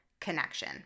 connection